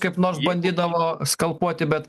kaip nors bandydavo skalpuoti bet